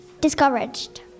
discouraged